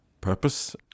purpose